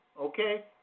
Okay